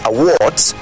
Awards